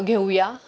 घेऊया